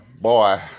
boy